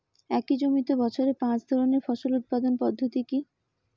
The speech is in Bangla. একই জমিতে বছরে পাঁচ ধরনের ফসল উৎপাদন পদ্ধতি কী?